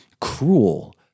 cruel